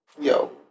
Yo